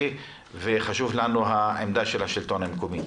חשובה לנו העמדה של השלטון המקומי.